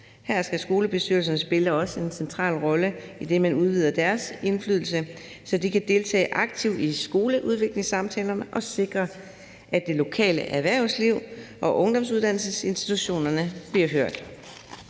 Her skal skolebestyrelserne også spille en central rolle, idet man udvider deres indflydelse, så de kan deltage aktivt i skoleudviklingssamtalerne og sikre, at det lokale erhvervsliv og ungdomsuddannelsesinstitutionerne bliver hørt.